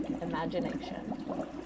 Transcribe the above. imagination